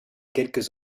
quelques